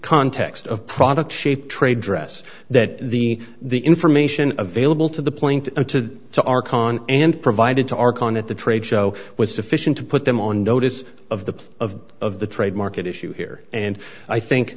context of product shape trade dress that the the information available to the point to to our con and provided to our con at the trade show was sufficient to put them on notice of the of of the trademark issue here and i think